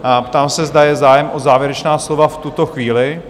Ptám se, zda je zájem o závěrečná slova v tuto chvíli?